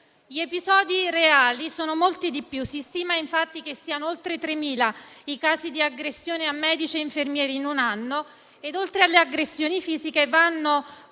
Gli episodi reali sono molti di più: si stima, infatti, che siano oltre tremila i casi di aggressioni a medici e infermieri in un anno. Oltre alle aggressioni fisiche, vanno